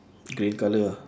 green colour ah